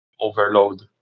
Overload